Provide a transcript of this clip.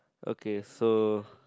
okay so